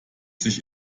sich